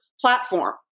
platform